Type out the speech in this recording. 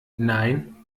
nein